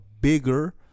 bigger